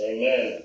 Amen